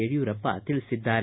ಯಡಿಯೂರಪ್ಪ ತಿಳಿಸಿದ್ದಾರೆ